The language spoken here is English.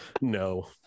no